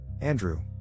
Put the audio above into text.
Andrew